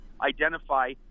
identify